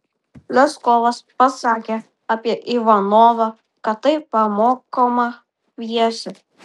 leskovas pasakė apie ivanovą kad tai pamokoma pjesė